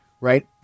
right